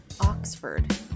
Oxford